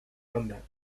banda